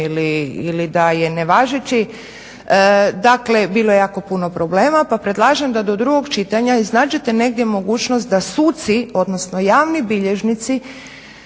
ili da je nevažeći. Dakle, bilo je jako puno problema pa predlažem da do drugog čitanja iznađete negdje mogućnost da suci, odnosno javni bilježnici